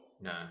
No